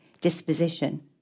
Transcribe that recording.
disposition